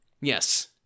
Yes